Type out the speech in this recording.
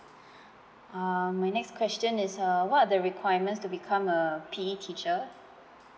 um my next question is uh what are the requirements to become a P_E teacher